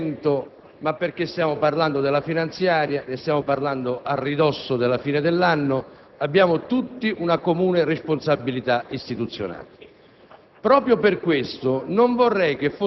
soltanto ai fini del procedimento, ma perché stiamo parlando della manovra finanziaria, ne stiamo parlando a ridosso della fine dell'anno e abbiamo tutti una comune responsabilità istituzionale.